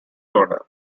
order